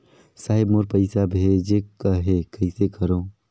साहेब मोर पइसा भेजेक आहे, कइसे करो?